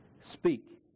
speak